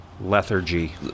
lethargy